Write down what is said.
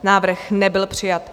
Návrh nebyl přijat.